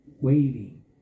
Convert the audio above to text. waiting